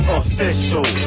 official